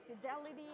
fidelity